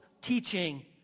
teaching